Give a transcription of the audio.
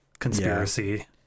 conspiracy